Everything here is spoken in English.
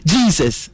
Jesus